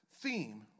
theme